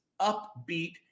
upbeat